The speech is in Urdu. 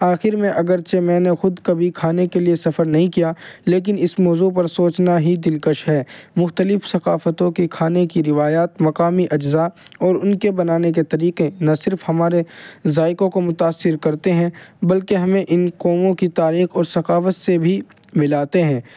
آخر میں اگرچہ میں نے خود کبھی کھانے کے لیے سفر نہیں کیا لیکن اس موضوع پر سوچنا ہی دلکش ہے مختلف ثقافتوں کی کھانے کی روایات مقامی اجزا اور ان کے بنانے کے طریقے نہ صرف ہمارے ذائقوں کو متاثر کرتے ہیں بلکہ ہمیں ان قوموں کی تاریخ اور ثقافت سے بھی ملاتے ہیں